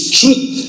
truth